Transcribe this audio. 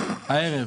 הערב.